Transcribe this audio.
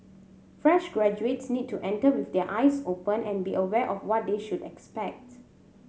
fresh graduates need to enter with their eyes open and be aware of what they should expect